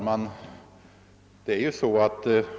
Herr talman!